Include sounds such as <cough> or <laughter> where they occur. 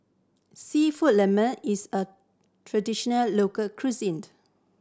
Seafood <unintelligible> is a traditional local cuisine